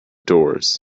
doors